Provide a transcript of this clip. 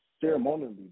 ceremonially